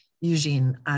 Eugene